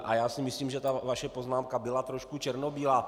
A já si myslím, že ta vaše poznámka byla trochu černobílá.